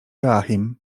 joachim